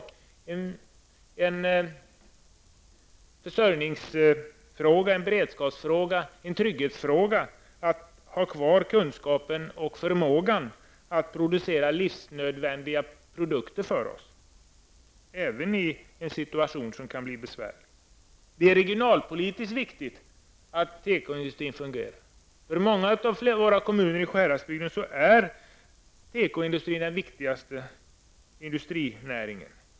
Det är en försörjningsfråga, en beredskapsfråga och en trygghetsfråga att ha kvar kunskapen och förmågan att producera livsnödvändiga produkter åt oss även i en besvärlig situation. Det är regionalpolitiskt viktigt att tekoindustrin fungerar. För många av kommunerna i Sjuhäradsbygden är tekoindustrin den viktigaste industrin.